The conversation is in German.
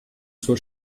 zur